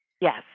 Yes